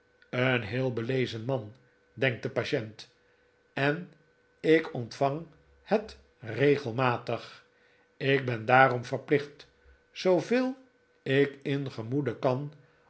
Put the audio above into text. een heel belezen man denkt de patient en ik ontvang het regelmatig ik ben daarom verplicht zooveel ik in gemoede kan